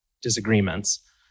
disagreements